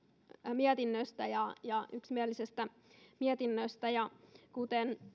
mietinnöstä ja ja yksimielisestä mietinnöstä kuten